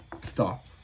stop